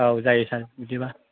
औ जायो सार बिदिबा